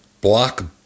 Block